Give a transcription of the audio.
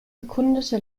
bekundete